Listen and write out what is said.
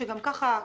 זאת הטבה?